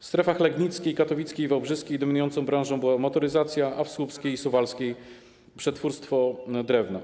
W strefach legnickiej, katowickiej i wałbrzyskiej dominującą branżą była motoryzacja, a w słupskiej i suwalskiej - przetwórstwo drewna.